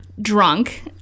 drunk